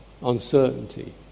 uncertainty